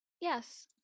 yes